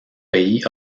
pays